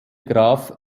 graf